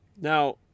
Now